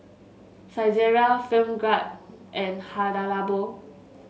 Saizeriya Film Grade and Hada Labo